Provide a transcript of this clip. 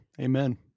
Amen